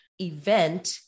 event